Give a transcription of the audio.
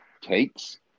takes